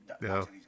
No